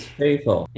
faithful